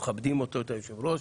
אנחנו מכבדים את היושב-ראש,